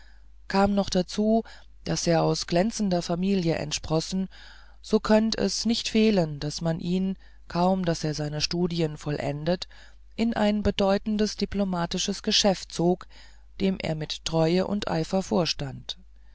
kam noch hinzu daß er aus glänzender familie entsprossen so könnt es nicht fehlen daß man ihn kaum hatte er seine studien vollendet in ein bedeutendes diplomatisches geschäft zog dem er mit treue und eifer vorstand